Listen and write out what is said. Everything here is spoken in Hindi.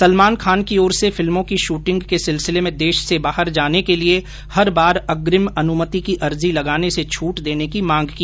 सलमान खान की ओर से फिल्मों की शूटिंग के सिलसिले में देश से बाहर जाने के लिए हर बार अग्रिम अनुमति की अर्जी लगाने से छूट देने की मांग की